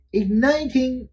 igniting